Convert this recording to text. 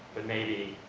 but maybe,